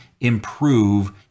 improve